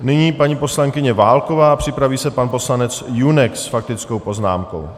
Nyní paní poslankyně Válková, připraví se pan poslanec Junek s faktickou poznámkou.